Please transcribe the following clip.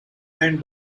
and